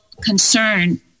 concern